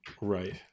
right